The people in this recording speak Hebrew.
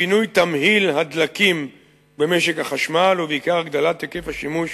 שינוי תמהיל הדלקים במשק החשמל ובעיקר הגדלת היקף השימוש